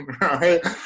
right